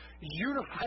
unified